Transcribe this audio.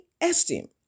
esteem